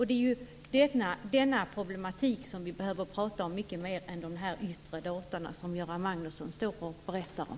Det är denna problematik som vi behöver prata om mycket mer än de yttre data som Göran Magnusson står och berättar om.